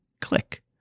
click